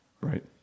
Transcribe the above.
Right